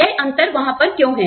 यह अंतर वहां पर क्यों हैं